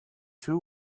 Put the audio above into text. two